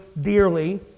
dearly